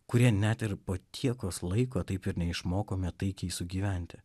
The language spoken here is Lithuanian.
kurie net ir po tiek laiko taip ir neišmokome taikiai sugyventi